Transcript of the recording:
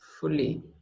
fully